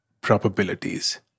probabilities